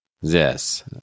Yes